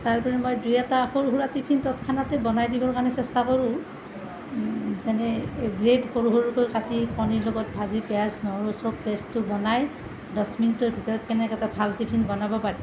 তাৰ পৰা মই দুই এটা সৰু সুৰা টিফিনত খানাটো বনাই দিব চেষ্টা কৰোঁ যেনে এই ব্ৰেড সৰু সৰুকৈ কাটি কণীৰ লগত ভাজি পিঁয়াজ নহৰু চব পেষ্টটো বনাই দহ মিনিটৰ ভিতৰত কেনেকৈ এটা ভাল টিফিন বনাব পাৰি